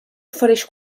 ofereix